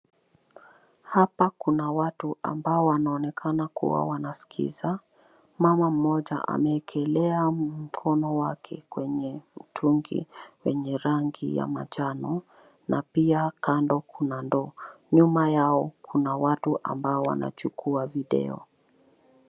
Hapa kuna watu ambao wanaonekana kuwa wanasikiza. Mama mmoja ameekelea mkono wake kwenye mtungi wenye rangi ya manjano na pia kando kuna ndoo. Nyuma yao kuna watu ambao wanachukua video.